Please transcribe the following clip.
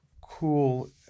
cool